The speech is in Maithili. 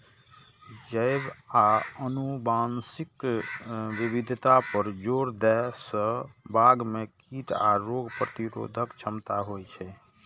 जैव आ आनुवंशिक विविधता पर जोर दै सं बाग मे कीट आ रोग प्रतिरोधक क्षमता होइ छै